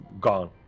gone